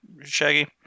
Shaggy